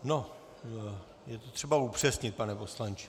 Je to třeba upřesnit, pane poslanče.